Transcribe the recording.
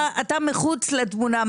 אתה מחוץ לתמונה.